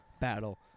battle